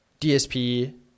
DSP